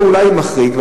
זה אולי מחריג.